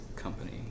Company